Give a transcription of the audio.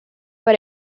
but